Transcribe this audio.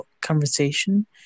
conversation